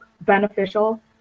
beneficial